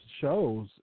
shows